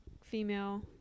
female